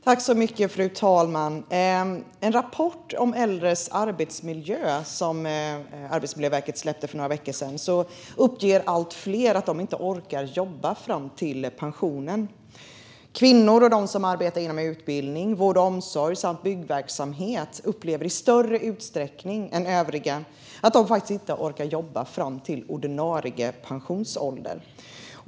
Fru talman! Enligt en rapport om äldres arbetsmiljö som Arbetsmiljöverket släppte för några veckor sedan uppger allt fler att de inte orkar jobba fram till pensionen. Kvinnor och de som arbetar inom utbildning, vård och omsorg samt byggverksamhet upplever i större utsträckning än övriga att de inte orkar jobba fram till ordinarie pensionsålder.